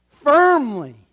Firmly